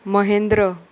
Mahendra